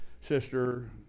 Sister